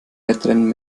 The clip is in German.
wettrennen